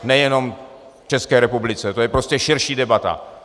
Nejenom v České republice, to je prostě širší debata.